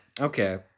okay